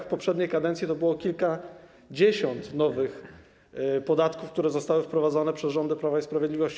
W poprzedniej kadencji to było kilkadziesiąt nowych podatków, które zostały wprowadzone przez rządy Prawa i Sprawiedliwości.